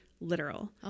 literal